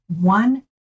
one